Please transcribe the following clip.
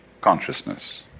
consciousness